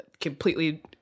completely